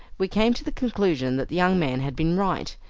we came to the conclusion that the young man had been right,